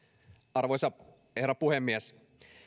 arvoisa herra puhemies